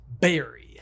Berry